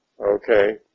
Okay